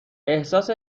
احساس